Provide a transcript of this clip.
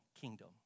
kingdom